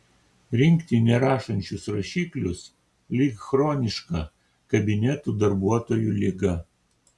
rinkti nerašančius rašiklius lyg chroniška kabinetų darbuotojų liga